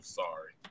sorry